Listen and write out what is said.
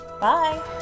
bye